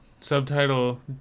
subtitle